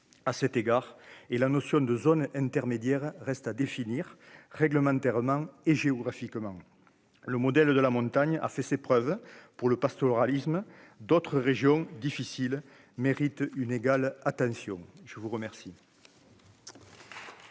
à cet égard et la notion de zone intermédiaire reste à définir, réglementairement et géographiquement le modèle de la montagne a fait ses preuves pour le pastoralisme, d'autres régions difficiles méritent une égale attention je vous remercie.